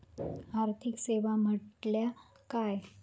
आर्थिक सेवा म्हटल्या काय?